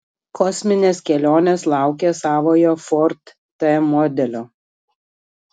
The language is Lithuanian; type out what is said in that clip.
kosminės kelionės laukia savojo ford t modelio